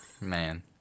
Man